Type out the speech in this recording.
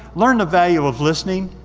learn the value of listening.